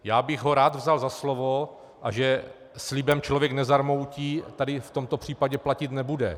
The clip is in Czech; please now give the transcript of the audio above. Já bych ho rád vzal za slovo, a že slibem člověk nezarmoutí, tady v tomto případě platit nebude.